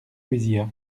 cuisiat